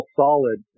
solid